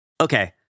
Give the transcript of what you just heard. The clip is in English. Okay